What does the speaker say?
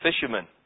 Fishermen